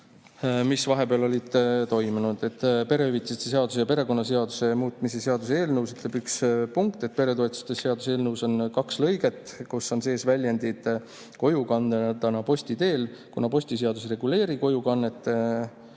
mis vahepeal oli tehtud. Perehüvitiste seaduse ja perekonnaseaduse muutmise seaduse eelnõus ütleb üks punkt, et peretoetuste seaduse eelnõus on kaks lõiget, kus on sees väljendid "kojukanne" ja "posti teel". Kuna postiseadus ei reguleeri kojukannet,